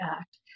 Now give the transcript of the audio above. Act